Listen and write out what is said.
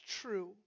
true